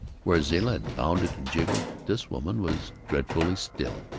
where zilla had bounced and jiggled, this woman was dreadfully still.